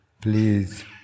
please